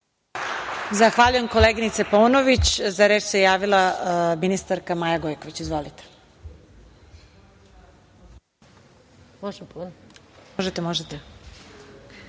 Zahvaljujem, koleginice Paunović.Za reč se javila ministarka Maja Gojković. Izvolite. **Maja